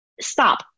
stop